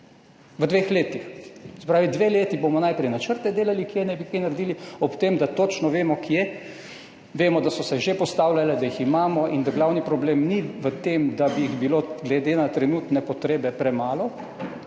dveh let. Se pravi, dve leti bomo najprej delali načrte, kje naj bi kaj naredili, ob tem, da točno vemo, kje, vemo, da so se že postavljale, da jih imamo in da glavni problem ni v tem, da bi jih bilo glede na trenutne potrebe premalo,